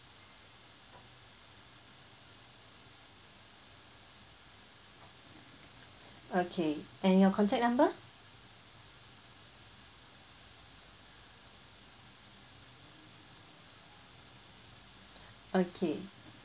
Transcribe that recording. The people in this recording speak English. okay and your contact number okay